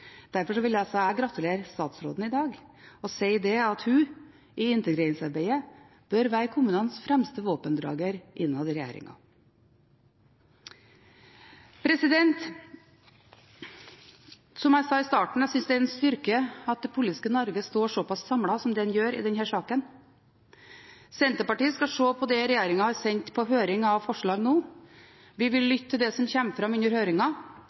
Derfor vil jeg gratulere statsråden i dag og si at hun i integreringsarbeidet bør være kommunenes fremste våpendrager innad i regjeringen. Som jeg sa i starten: Jeg synes det er en styrke at det politiske Norge står såpass samlet som man gjør i denne saken. Senterpartiet skal se på det regjeringen har sendt på høring av forslag, nå. Vi vil lytte til det som kommer fram under